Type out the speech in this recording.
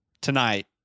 tonight